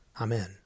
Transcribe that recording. Amen